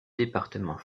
département